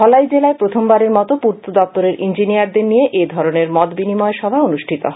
ধলাই জেলায় প্রখমবারের মত পূর্ত দপ্তরের ইঞ্জিনিয়ারদের নিয়ে এ ধরনের মতবিনিময়সভা অনুষ্ঠিত হয়